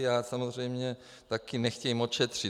A samozřejmě taky nechtějí moc šetřit.